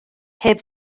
heb